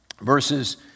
verses